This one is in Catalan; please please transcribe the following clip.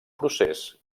procés